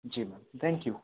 ji ma'am thank you